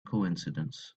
coincidence